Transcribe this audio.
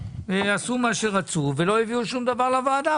עשו מה שרצו ולא הביאו שום דבר לוועדה,